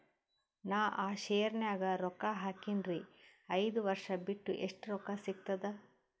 ನಾನು ಆ ಶೇರ ನ್ಯಾಗ ರೊಕ್ಕ ಹಾಕಿನ್ರಿ, ಐದ ವರ್ಷ ಬಿಟ್ಟು ಎಷ್ಟ ರೊಕ್ಕ ಸಿಗ್ತದ?